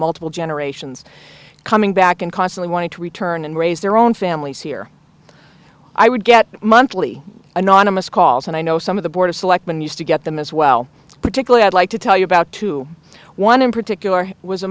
multiple generations coming back and constantly wanting to return and raise their own families here i would get monthly anonymous calls and i know some of the board of selectmen used to get them as well particularly i'd like to tell you about two one in particular was a